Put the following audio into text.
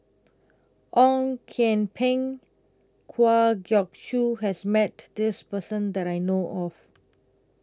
Ong Kian Peng Kwa Geok Choo has Met This Person that I know of